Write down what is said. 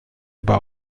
aber